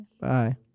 Bye